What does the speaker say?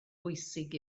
bwysig